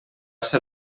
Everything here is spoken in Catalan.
ser